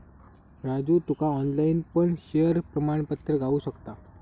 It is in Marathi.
राजू तुका ऑनलाईन पण शेयर प्रमाणपत्र गावु शकता